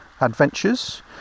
Adventures